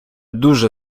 дуже